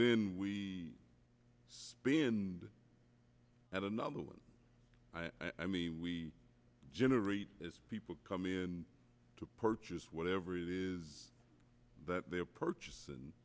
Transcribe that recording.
then we add another one i mean we generate as people come in to purchase whatever it is that they're purchased and